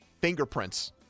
fingerprints